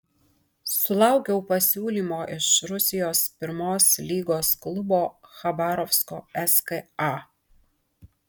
sulaukiau pasiūlymo iš rusijos pirmos lygos klubo chabarovsko ska